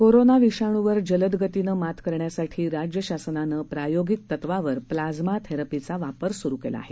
corona विषाणुवर जलद गतीनं मात करण्यासाठी राज्य शासनानं प्रायोगिक तत्वावर प्लाज्मा थेरपीचा वापर सुरु केला आहे